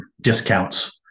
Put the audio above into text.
discounts